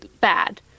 bad